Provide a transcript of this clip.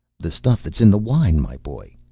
the stuff that's in the wine, my boy.